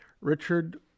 Richard